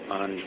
on